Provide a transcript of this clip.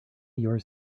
yours